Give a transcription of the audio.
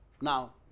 Now